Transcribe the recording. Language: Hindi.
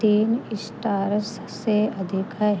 तीन एस्टार से अधिक है